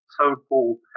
so-called